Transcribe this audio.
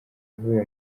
avuye